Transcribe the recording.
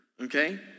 Okay